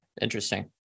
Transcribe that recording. Interesting